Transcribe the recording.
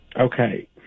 Okay